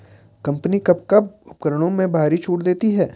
Company कब कब उपकरणों में भारी छूट देती हैं?